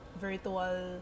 virtual